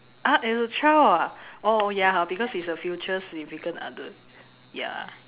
ah as a child ah oh ya because he is a future significant other ya